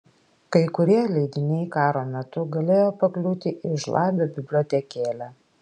kai kurie leidiniai karo metu galėjo pakliūti į žlabio bibliotekėlę